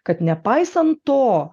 kad nepaisant to